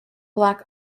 black